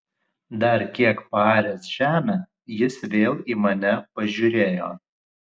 dar kiek paaręs žemę jis vėl į mane pažiūrėjo